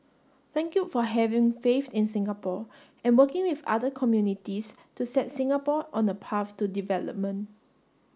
thank you for having faith in Singapore and working with other communities to set Singapore on the path to development